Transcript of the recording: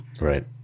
Right